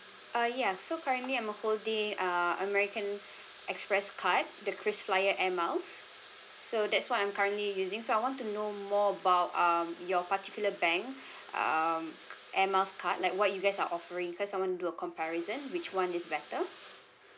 uh ya so currently I'm holding uh american express card the krisflyer air miles so that's what I'm currently using so I want to know more about um your particular bank um air miles card like what you guys are offering cause I want to do a comparison which one is better